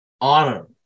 honor